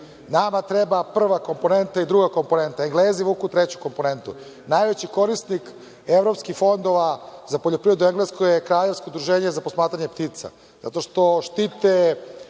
Nama treba prva komponenta i druga komponenta. Englezi vuku treću komponentu. Najveći korisnik evropskih fondova za englesku poljoprivredu je Kraljevsko udruženje za posmatranje ptica, zato što štite